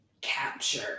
capture